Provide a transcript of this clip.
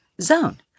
zone